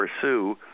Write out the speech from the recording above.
pursue